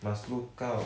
must look out